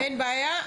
אין בעיה,